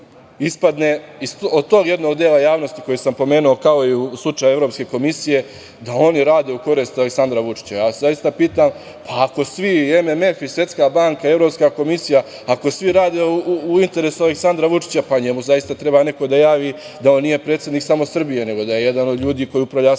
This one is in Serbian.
ispadne od tog jednog dela javnosti koji sam pomenuo, kao i u slučaju Evropske komisije, da oni rade u korist Aleksandra Vučića. Ja se zaista pitam – pa ako svi i MMF i Svetska banka, Evropska komisija, ako svi rade u interesu Aleksandra Vučića, pa njemu zaista treba neko da javi da on nije predsednik samo Srbije, nego da je jedan od ljudi koji upravlja